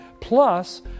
plus